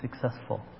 successful